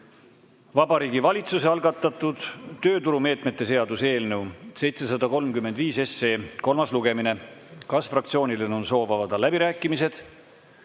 Vabariigi Valitsuse algatatud tööturumeetmete seaduse eelnõu 735 kolmas lugemine. Kas fraktsioonidel on soov avada läbirääkimised?